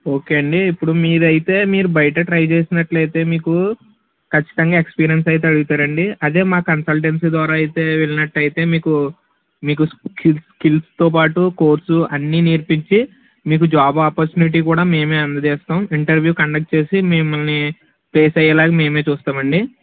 okay అండి ఇప్పుడు మీరైతే మీరు బయట ట్రై చేసినట్లయితే మీకు ఖచ్చితంగా ఎక్స్పీరియన్స్ అయితే అడుగుతారండి అదే మా కన్సల్టెన్సీ ద్వారా అయితే వెళ్ళినట్టు అయితే మీకు మీకు స్కిల్స్ స్కిల్స్తో పాటు కోర్సు అన్ని నేర్పించి మీకు జాబ్ ఆపర్చునిటీ కూడా మేమే అందజేస్తాము ఇంటర్వ్యూ కండక్ట్ చేసి మిమ్మల్నిప్లేస్ అయ్యేలాగా మేమే చూస్తామండి